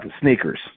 sneakers